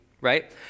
right